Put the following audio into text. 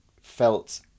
felt